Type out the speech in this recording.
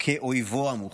כאויבו המוחלט.